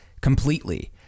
completely